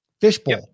fishbowl